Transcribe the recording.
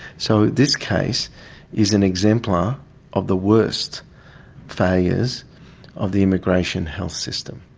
so this case is an exemplar of the worst failures of the immigration health system.